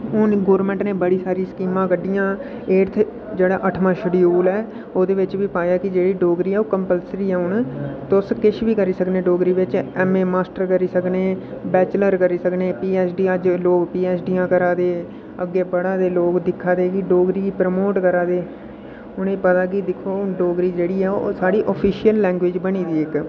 हुन गौरमैंट ने बड़ी सारी स्कीमां कड्ढियां एडथ जेह्ड़ा अठमां शडूयल ऐ ओह्दे बिच्च बी पाया कि जेह्ड़ी डोगरी ऐ ओह् कम्पलसरी ऐ हून तुस किश बी करी सकने डोगरी बिच्च ऐम्म ए मास्टर करी सकने बैचलर करी सकने पी ऐच्च ड़ी अज्ज लोक पी ऐच्च डियां करा दे अग्गै पढ़ाऽ दे लोक दिक्खा दे कि डोगरी गी प्रमोट करा दे उ'नें गी पता कि दिक्खो हून डोगरी जेह्ड़ी ऐ ओह् साढ़ी आफिशयल लैंग्यूज बनियै दी इक